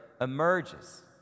emerges